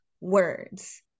words